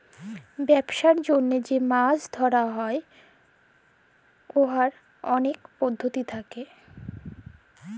ব্যবসার জ্যনহে যে মাছ ধ্যরা হ্যয় উয়ার অলেক পদ্ধতি থ্যাকে